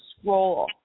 scroll